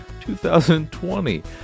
2020